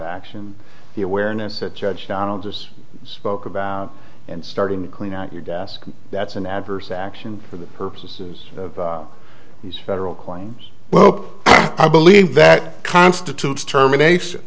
action the awareness said judge donald just spoke about and starting to clean out your desk that's an adverse action for the purposes of these federal claims welp i believe that constitutes termination